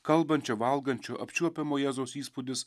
kalbančio valgančio apčiuopiamo jėzaus įspūdis